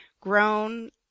grown